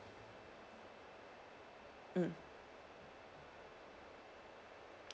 mm